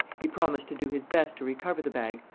he promised to do his best to recover the bag,